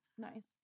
nice